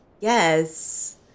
yes